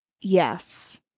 Yes